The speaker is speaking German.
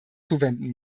zuwenden